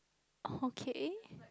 okay